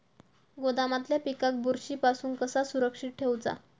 गोदामातल्या पिकाक बुरशी पासून कसा सुरक्षित ठेऊचा?